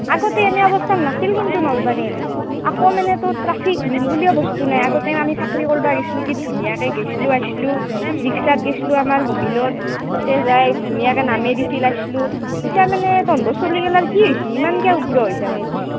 আগতে এনে অৱস্থা নাছিল কিন্তু নলবাৰীত আকৌ মানে তোৰ ট্ৰেফিক ৰোল বুলিও বস্তু নাই আগতে আমি চাকৰি কৰিব গৈছিলো কি ধুনীয়াকৈ গৈছিলো আহিছিলো ৰিক্সাত গৈছিলো আমাৰ হোমিনৰ তাতে যাই ধুনীয়াকৈ নামি দিছিল আহিছিলো এতিয়া মানে তহঁতৰ চ'লিগিলাৰ কি হৈছে ইমানকৈ উগ্ৰ হৈছে তাহাঁতে